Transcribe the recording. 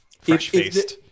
fresh-faced